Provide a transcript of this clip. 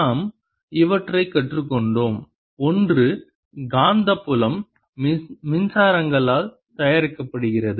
நாம் இவற்றை கற்றுக்கொண்டோம் ஒன்று காந்தப்புலம் மின்சாரங்களால் தயாரிக்கப்படுகிறது